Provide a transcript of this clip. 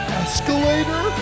escalator